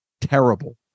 Terrible